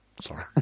sorry